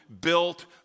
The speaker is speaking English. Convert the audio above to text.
built